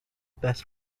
best